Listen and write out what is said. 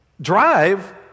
drive